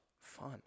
fun